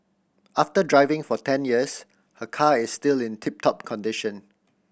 after driving for ten years her car is still in tip top condition